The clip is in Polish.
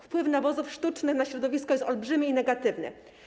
Wpływ nawozów sztucznych na środowisko jest olbrzymi i negatywny.